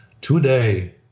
today